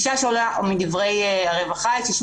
הגישה שעולה מדברי הרווחה היא שצריך להינתן משקל גדול יותר